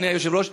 אדוני היושב-ראש,